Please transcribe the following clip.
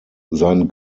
sein